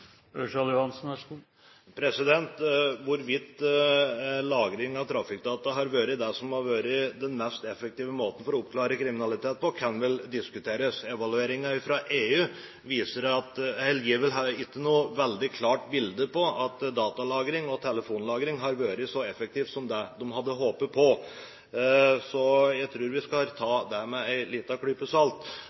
Hvorvidt lagring av trafikkdata har vært den mest effektive måten å oppklare kriminalitet på, kan vel diskuteres. Evalueringen fra EU gir ikke noe veldig klart bilde av at datalagring og telefonlagring har vært så effektivt som man hadde håpet på. Jeg tror vi skal ta det med en liten